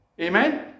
amen